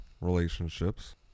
relationships